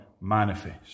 manifest